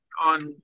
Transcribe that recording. on